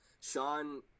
Sean